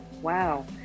Wow